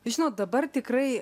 žinot dabar tikrai